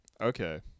Okay